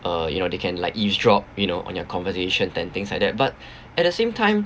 uh you know they can like eavesdrop you know on your conversation then things like that but at the same time